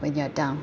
when you're down